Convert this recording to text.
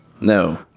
No